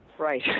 Right